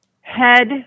head –